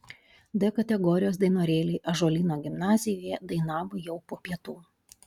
d kategorijos dainorėliai ąžuolyno gimnazijoje dainavo jau po pietų